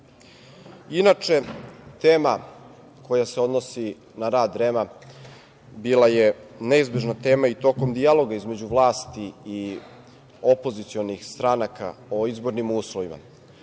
tema koja se odnosi na rad REM-a bila je neizbežna tema i tokom dijaloga između vlasti i opozicionih stranaka o izbornim uslovima.